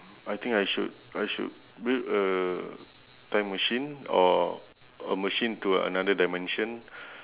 I think I should I should build a time machine or a machine to another dimension